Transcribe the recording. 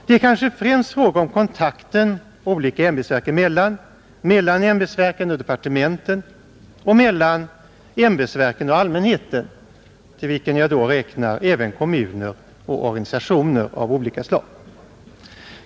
Det är kanske främst fråga om kontakten olika ämbetsverk emellan, mellan ämbetsverken och departementen och mellan ämbetsverken och allmänheten, till vilken jag då räknar även kommuner och organisationer av olika slag.